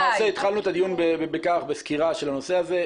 למעשה התחלנו את הדיון בסקירה של הנושא הזה,